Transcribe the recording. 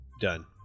Done